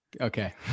Okay